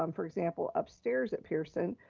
um for example, upstairs at pearson,